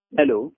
Hello